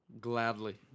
Gladly